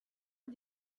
was